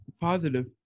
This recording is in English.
Positive